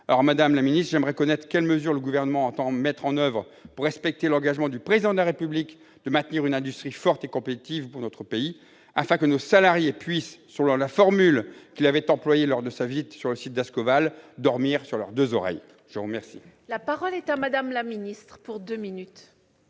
circulent. Aussi, j'aimerais connaître quelles mesures le Gouvernement entend mettre en oeuvre pour respecter l'engagement du Président de la République de maintenir une industrie forte et compétitive pour notre pays, afin que nos salariés puissent, selon la formule qu'il avait employée lors de sa visite sur le site d'Ascoval, « dormir sur leurs deux oreilles ». La parole est à Mme la secrétaire d'État.